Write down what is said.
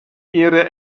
ihre